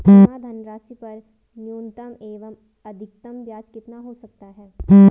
जमा धनराशि पर न्यूनतम एवं अधिकतम ब्याज कितना हो सकता है?